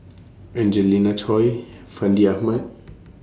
Angelina Choy Fandi Ahmad